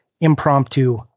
impromptu